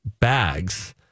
bags